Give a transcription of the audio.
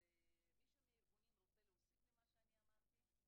מישהו מהארגונים רוצה להוסיף למה שאני אמרתי?